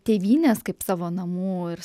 tėvynės kaip savo namų ir